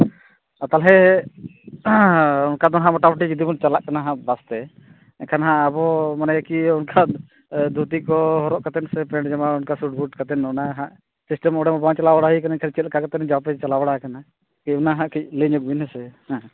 ᱟᱨ ᱛᱟᱦᱚᱞᱮ ᱚᱱᱠᱟ ᱫᱚ ᱦᱟᱸᱜ ᱢᱳᱴᱟᱢᱩᱴᱤ ᱡᱩᱫᱤ ᱵᱚᱱ ᱪᱟᱞᱟᱜ ᱠᱟᱱᱟ ᱦᱟᱸᱜ ᱵᱟᱥᱛᱮ ᱮᱱᱠᱷᱟᱱ ᱦᱟᱸᱜ ᱟᱵᱚ ᱢᱟᱱᱮ ᱠᱤ ᱚᱱᱠᱟ ᱫᱷᱩᱛᱤ ᱠᱚ ᱦᱚᱨᱚᱜ ᱠᱟᱛᱮᱫ ᱥᱮ ᱯᱮᱱᱴ ᱡᱟᱢᱟ ᱦᱚᱨᱚᱜ ᱠᱟᱛᱮᱫ ᱚᱱᱠᱟ ᱥᱩᱴᱵᱩᱴ ᱠᱟᱛᱮᱫ ᱚᱸᱰᱮ ᱦᱟᱸᱜ ᱥᱤᱥᱴᱮᱢ ᱚᱸᱰᱮ ᱢᱟ ᱵᱟᱝ ᱪᱟᱞᱟᱣ ᱵᱟᱲᱟ ᱦᱩᱭ ᱠᱟᱱᱟ ᱛᱟᱦᱚᱞᱮ ᱪᱮᱫᱠᱟ ᱠᱟᱛᱮᱫ ᱟᱯᱮ ᱪᱟᱞᱟᱣ ᱵᱟᱲᱟ ᱠᱟᱱᱟ ᱚᱱᱟ ᱦᱟᱸᱜ ᱠᱟᱹᱡ ᱞᱟᱹᱭ ᱵᱤᱱ ᱦᱮᱸ ᱥᱮ